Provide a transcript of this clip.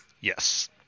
yes